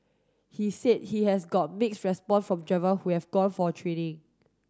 he said he has got mixed response from driver who have gone for training